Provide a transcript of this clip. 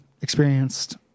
experienced